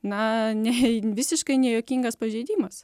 na ne visiškai nejuokingas pažeidimas